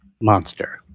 monster